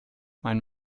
mein